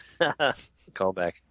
Callback